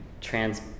trans